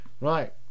Right